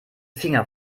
finger